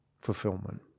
fulfillment